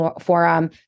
Forum